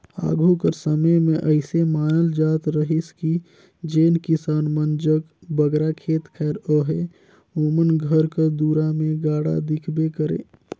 आघु कर समे मे अइसे मानल जात रहिस कि जेन किसान मन जग बगरा खेत खाएर अहे ओमन घर कर दुरा मे गाड़ा दिखबे करे